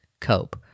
cope